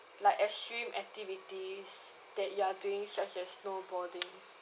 like extreme activities that you're doing such as snowboarding